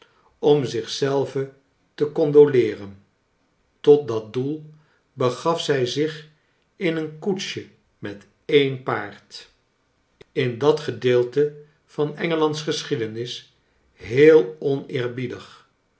om zich zelve te condoleeren tot dat doel begaf zij zich in een koetsje met een paard in dat gedeelte van engeland's geschiedenis heel oneerbiedig